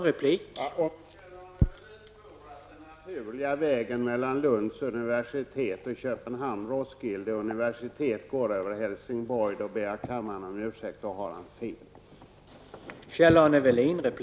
Herr talman! Om Kjell-Arne Welin tror att den naturliga vägen mellan Lunds universitet och Helsingborg, ber jag kammaren om ursäkt för att jag måste säga att han har fel.